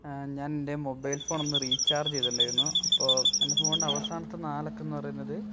ഞാനെൻ്റെ മൊബൈൽ ഫോണൊന്ന് റീചാർജ് ചെയ്തിട്ടുണ്ടായിരുന്നു അപ്പോൾ എൻ്റെ ഫോണിൻ്റെ അവസാനത്തെ നാലക്കം എന്ന് പറയുന്നത്